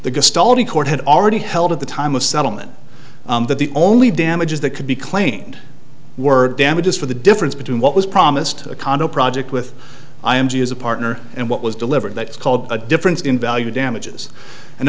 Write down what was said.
the court had already held at the time of settlement that the only damages that could be claimed were damages for the difference between what was promised a condo project with i m g as a partner and what was delivered that is called a difference in value damages and